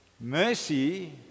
Mercy